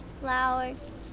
flowers